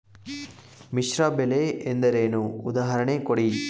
ಮಿಶ್ರ ಬೆಳೆ ಎಂದರೇನು, ಉದಾಹರಣೆ ಕೊಡಿ?